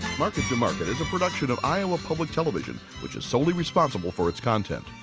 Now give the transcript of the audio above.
market to market is a production of iowa public television which is solely responsible for its content.